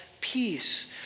peace